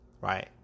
right